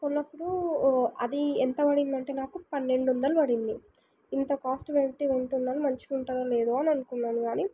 కొన్నప్పుడు అది ఎంత పడిందంటే నాకు పన్నెండొందలు పడింది ఇంత కాస్ట్ పెట్టి కొంటున్నాను మంచిగుంటుందో లేదో అననుకున్నాను కానీ